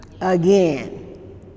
again